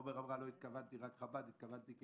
ובטח לא התכוונת רק חב"ד אלא גנים,